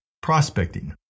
prospecting